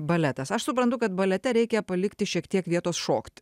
baletas aš suprantu kad balete reikia palikti šiek tiek vietos šokt